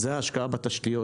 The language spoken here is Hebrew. הוא ההשקעה בתשתיות